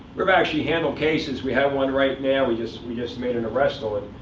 we've actually handled cases we have one right now we just we just made an arrest on,